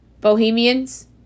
Bohemians